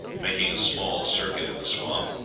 making a small circuit in the swamp,